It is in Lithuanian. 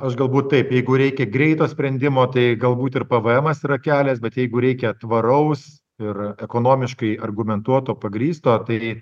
aš galbūt taip jeigu reikia greito sprendimo tai galbūt ir pvmas yra kelias bet jeigu reikia tvaraus ir ekonomiškai argumentuoto pagrįsto tai